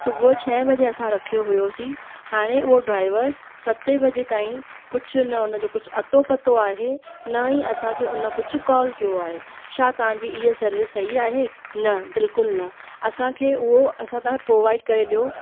सुबुहु छ्ह बजे असां रखियो हुओसीं हाणे उहो ड्राइवर सते बजे तांई कुझु न हुनजो कुझु अतो पतो आहे न ई असांखे हुन कुझु कॉल कयो आहे छा तव्हांजी हीअं सर्विस सही आहे न बिल्कुलु न असांखे उहो असां तव्हांखे प्रोवाइड करे ॾियो